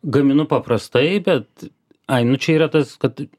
gaminu paprastai bet ai nu čia yra tas kad